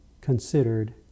considered